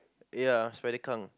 ya spider come